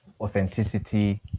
authenticity